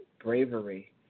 bravery